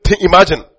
imagine